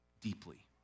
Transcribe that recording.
deeply